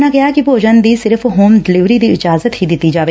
ਉਨ੍ਹਾਂ ਕਿਹਾ ਕਿ ਭੋਜਨ ਦ ਸਿਰਫ਼ ਹੋਮ ਡਿਲਵਰੀ ਦੀ ਇਜਾਜ਼ਤ ਹੀ ਦਿੱਤੀ ਜਾਵੇ